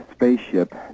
spaceship